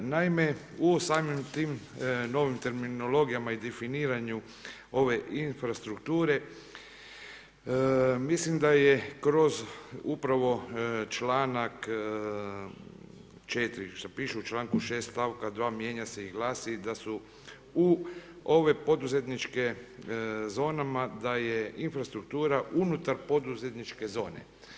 Naime, u samim tim novim terminologijama i definiranju ove infrastrukture, mislim da je kroz upravo članak 4. što piše u članku 6. stavka 2. mijenja se i glasi da su u ovim poduzetničkim zonama da je infrastruktura unutar poduzetničke zone.